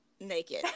naked